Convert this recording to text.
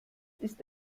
ist